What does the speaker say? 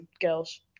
girls